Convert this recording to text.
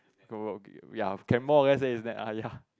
go ya can more or less say is then ya